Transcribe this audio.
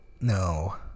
No